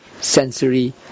sensory